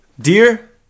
Dear